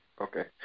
Okay